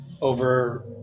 over